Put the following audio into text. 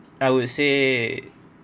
I would say